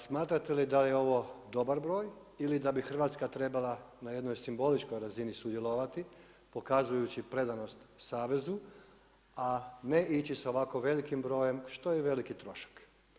Smatrate li da je ovo dobar broj ili da bi Hrvatska trebala na jednoj simboličkoj razini sudjelovati pokazujući predanost savezu a ne ići sa ovako velikim brojem što je i veliki trošak.